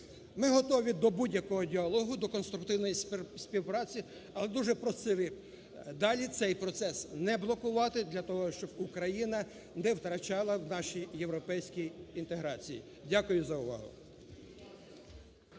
Ми готові до будь-якого діалогу, до конструктивної співпраці, але дуже просили далі цей процес не блокувати для того, щоб Україна не втрачала в нашій європейській інтеграції. Дякую за увагу.